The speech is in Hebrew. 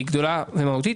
גדולה ומהותית.